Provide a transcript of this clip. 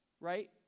right